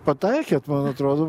pataikėt man atrodo